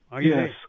Yes